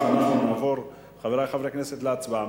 אם כך, אנחנו נעבור, חברי חברי הכנסת, להצבעה.